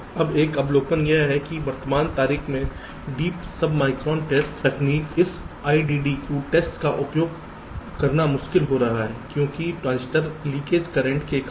अब एक अवलोकन यह है कि वर्तमान तारीख में डीप सब माइक्रोन टेस्ट तकनीक इस IDDQ टेस्ट का उपयोग करना मुश्किल हो रहा है क्योंकि ट्रांजिस्टर लीकेज करंट के कारण